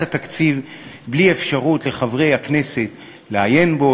התקציב בלי מתן אפשרות לחברי הכנסת לעיין בו,